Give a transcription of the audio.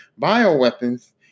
bioweapons